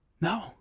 No